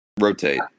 rotate